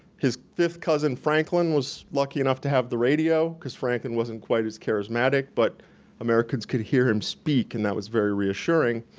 his fifth cousin franklin was lucky enough to have the radio, because franklin wasn't quite as charismatic, but americans could hear him speak and that was very reassuring.